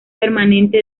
permanente